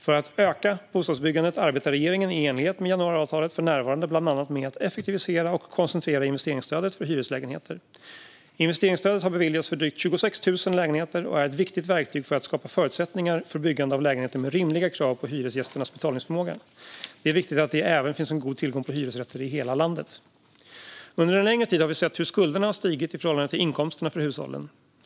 För att öka bostadsbyggandet arbetar regeringen, i enlighet med januariavtalet, för närvarande bland annat med att effektivisera och koncentrera investeringsstödet för hyreslägenheter. Investeringsstödet har beviljats för drygt 26 000 lägenheter och är ett viktigt verktyg för att skapa förutsättningar för byggande av lägenheter med rimliga krav på hyresgästernas betalningsförmåga. Det är viktigt att det även finns en god tillgång på hyresrätter i hela landet. Under en längre tid har vi sett hur skulderna har stigit i förhållande till inkomsterna för hushållen.